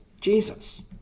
Jesus